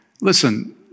Listen